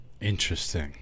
Interesting